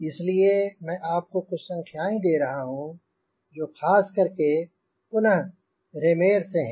इसीलिए मैं आपको कुछ संख्याएंँ दे रहा हूँ जो खास करके पुनः रेमेर Raymer से हैं